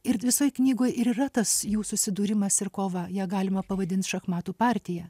ir visoj knygoj ir yra tas jų susidūrimas ir kova ją galima pavadint šachmatų partija